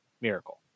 miracle